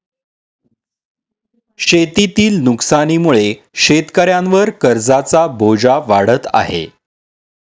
शेतीतील नुकसानीमुळे शेतकऱ्यांवर कर्जाचा बोजा वाढत आहे